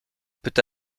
peut